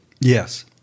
Yes